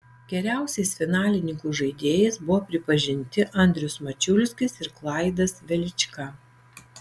geriausiais finalininkų žaidėjais buvo pripažinti andrius mačiulskis ir klaidas velička